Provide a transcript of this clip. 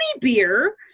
beer